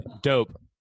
Dope